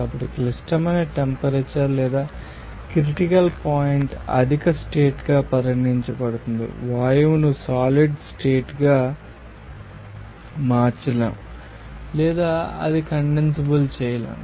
కాబట్టి క్లిష్టమైన టెంపరేచర్ లేదా క్రిటికల్ పాయింట్ అధిక స్టేట్ గా పరిగణించబడుతుంది వాయువును సాలిడ్ స్టేట్ గా మార్చలేము లేదా అది కండెన్సబెల్ చెయ్యలేము